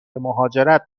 مهاجرت